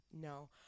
no